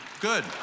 good